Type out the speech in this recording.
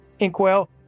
Inkwell